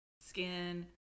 skin